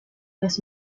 las